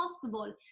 possible